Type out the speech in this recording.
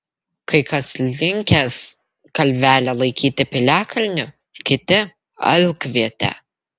kai kas linkęs kalvelę laikyti piliakalniu kiti alkviete